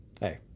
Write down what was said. hey